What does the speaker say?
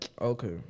Okay